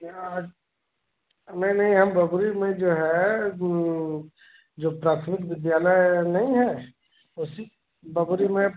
जी आज नहीं नहीं हम बोगरी में जो है जो प्राथमिक विद्यालय नहीं हैं उसी बोगरी में